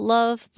Love